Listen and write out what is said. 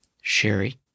Sherry